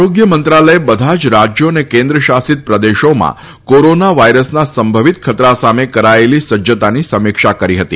આરોગ્ય મંત્રાલયે બધાજ રાજયો અને કેન્દ્ર શાસિત પ્રદેશોમાં કોરોના વાયરસના સંભવિત ખતરા સામે કરાયેલી સજજતાની સમીક્ષા કરી હતી